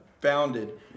founded